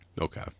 Okay